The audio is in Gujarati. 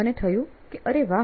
મને થયું કે "અરે વાહ